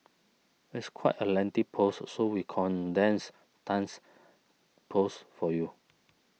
it's quite a lengthy post so we condensed Tan's post for you